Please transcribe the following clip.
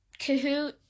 Kahoot